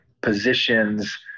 positions